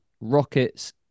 Rockets